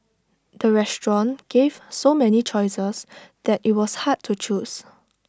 the restaurant gave so many choices that IT was hard to choose